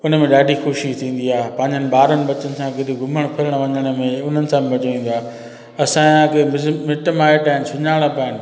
हिन में ॾाढी ख़ुशी थींदी आहे पंहिंजनि ॿारनि बचनि सां कॾहिं घुमणु फिरणु वञण में उन्हनि सां बि मज़ो ईंदो आहे असांजा बि मिटु माइट आहिनि सुञाणप आहिनि